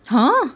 !huh!